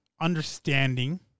understanding